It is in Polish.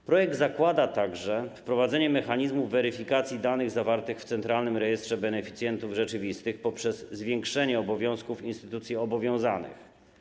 W projekcie zakłada się także wprowadzenie mechanizmu weryfikacji danych zawartych w Centralnym Rejestrze Beneficjentów Rzeczywistych poprzez zwiększenie obowiązków instytucji obowiązanych.